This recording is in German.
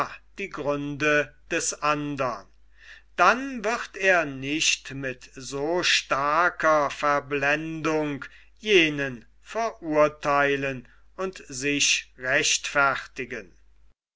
die gründe des andern dann wird er nicht mit so starker verblendung jenen verurtheilen und sich rechtfertigen